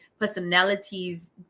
personalities